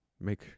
make